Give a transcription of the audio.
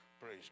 praise